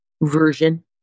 version